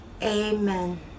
Amen